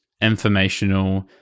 informational